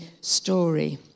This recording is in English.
story